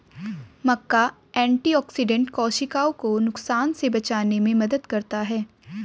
मक्का antioxidant कोशिकाओं को नुकसान से बचाने में मदद करता है